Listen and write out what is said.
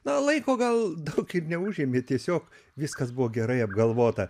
na laiko gal daug ir neužėmė tiesiog viskas buvo gerai apgalvota